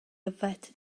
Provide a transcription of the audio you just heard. yfed